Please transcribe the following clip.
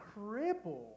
cripple